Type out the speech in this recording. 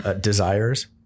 Desires